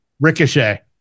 Ricochet